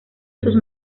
sus